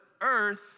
earth